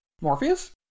Morpheus